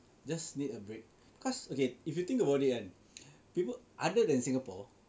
just need a break cause okay if you think about it kan people other than Singapore